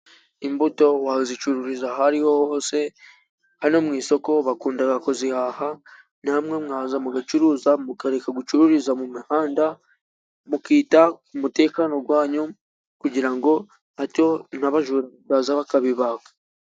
Imbuto wazicururiza ahariho hose，hano mu isoko bakunda kuzihaha， namwe mwaza mugacuruza，mukareka gucururiza mu mihanda，mukita ku mutekano wanyu， kugira ngo hato, nk’abajura bataza， bakabibaka.